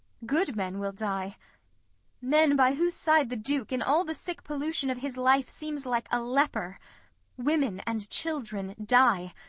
good men will die men by whose side the duke in all the sick pollution of his life seems like a leper women and children die,